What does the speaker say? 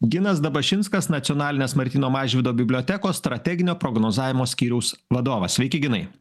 ginas dabašinskas nacionalinės martyno mažvydo bibliotekos strateginio prognozavimo skyriaus vadovas sveiki ginai